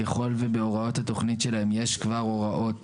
ככל ובהוראות התוכנית שלהם יש כבר הוראות